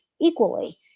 equally